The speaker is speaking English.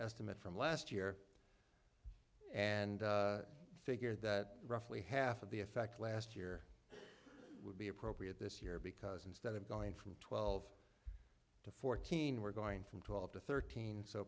estimate from last year and figure that roughly half of the effect last year would be appropriate this year because instead of going from twelve to fourteen we're going from twelve to thirteen so